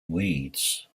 weeds